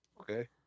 Okay